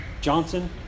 Johnson